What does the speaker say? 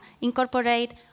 incorporate